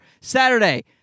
Saturday